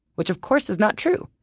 which of course is not true.